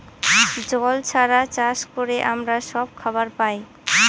জল ছাড়া চাষ করে আমরা সব খাবার পায়